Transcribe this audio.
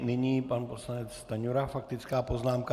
Nyní pan poslanec Stanjura faktická poznámka.